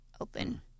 open